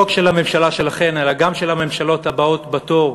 לא רק של הממשלה שלכם אלא גם של הממשלות הבאות בתור,